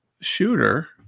shooter